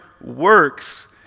works